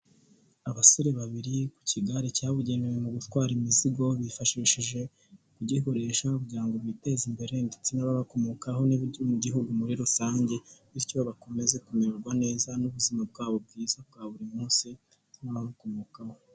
Abasore babiri ku kigare cyabugenewe mu gutwara imizigo, bifashishije kugikoresha kugira biteze imbere, ndetse n'ababakomokaho mu gihugu muri rusange, bityo bakomeze kumererwa neza, n'ubuzima bwabo bwiza bwa buri munsi n'ababakomokaho.